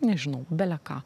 nežinau bele ką